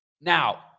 Now